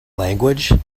language